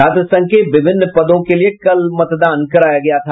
छात्र संघ के विभिन्न पदों लिए कल मतदान कराया गया था